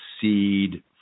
seed